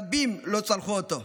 רבים לא צלחו אותו,